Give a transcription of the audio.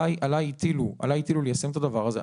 עלי הטילו ליישם את הדבר הזה.